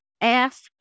ask